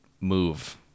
move